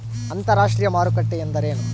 ಅಂತರಾಷ್ಟ್ರೇಯ ಮಾರುಕಟ್ಟೆ ಎಂದರೇನು?